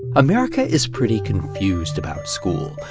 america is pretty confused about school,